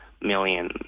Million